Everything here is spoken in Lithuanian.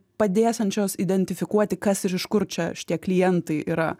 padėsiančios identifikuoti kas ir iš kur čia šitie klientai yra